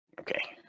Okay